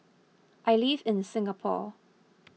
I live in Singapore